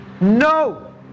No